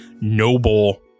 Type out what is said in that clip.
noble